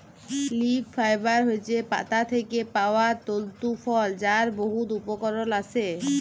leaf fibre হছে পাতা থ্যাকে পাউয়া তলতু ফল যার বহুত উপকরল আসে